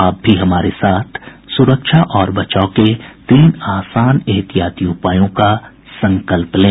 आप भी हमारे साथ सुरक्षा और बचाव के तीन आसान एहतियाती उपायों का संकल्प लें